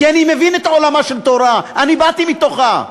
כי אני מבין את עולמה של תורה, באתי מתוכו.